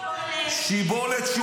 שיבולת.